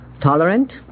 tolerant